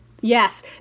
Yes